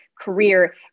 career